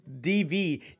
DB